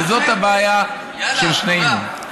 וזו הבעיה של שנינו.